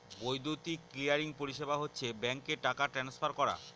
বৈদ্যুতিক ক্লিয়ারিং পরিষেবা হচ্ছে ব্যাঙ্কে টাকা ট্রান্সফার করা